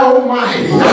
Almighty